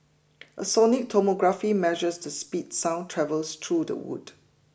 a sonic tomography measures the speed sound travels through the wood